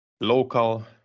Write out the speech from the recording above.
local